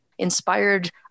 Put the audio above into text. Inspired